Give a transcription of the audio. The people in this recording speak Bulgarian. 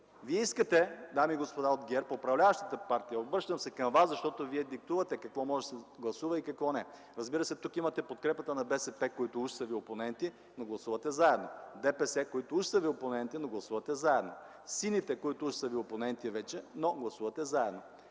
Вие искате, дами и господа от ГЕРБ, управляващата партия – обръщам се към вас, защото вие диктувате какво може да се гласува и какво не. Разбира се, тук имате подкрепата на БСП, които уж са ви опоненти, но гласувате заедно; ДПС, които уж са ви опоненти, но гласувате заедно; Сините, които уж са ви опоненти вече, но гласувате заедно;